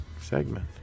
segment